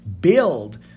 build